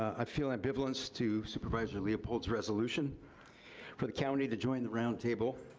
i feel ambivalence to supervisor leopold's resolution for the county to join the roundtable.